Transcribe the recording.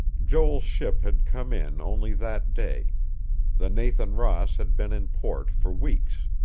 joel's ship had come in only that day the nathan ross had been in port for weeks.